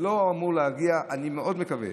אני מאוד מקווה